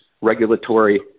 regulatory